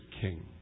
King